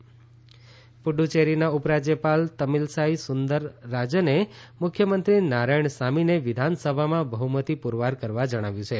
પુકુચેરી પુફ્યેરીના ઉપરાજ્યપાલ તમીલસાઇ સુંદરરાજને મુખ્યમંત્રી નારાયણસામીને વિધાનસભામાં બહુમતી પુરવાર કરવા જણાવ્યું છે